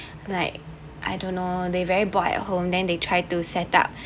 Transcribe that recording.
like I don't know they very bored at home then they try to set up